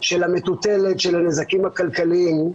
של המטוטלת, של הנזקים הכלכליים,